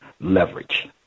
leverage